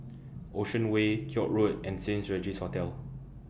Ocean Way Koek Road and Saint Regis Hotel